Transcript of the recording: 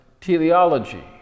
teleology